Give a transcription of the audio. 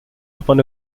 upon